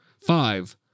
Five